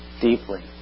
deeply